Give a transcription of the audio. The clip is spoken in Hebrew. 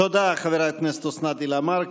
תודה, חברת הכנסת אוסנת הילה מארק.